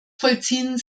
vollziehen